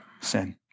sin